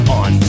on